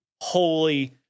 Holy